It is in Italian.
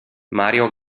mario